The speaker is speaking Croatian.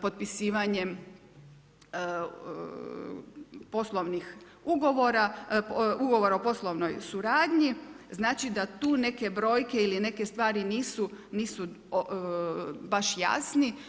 potpisivanjem poslovnih ugovora, ugovora o poslovnoj suradnji, znači da tu neke brojke ili neke stvari nisu baš jasni.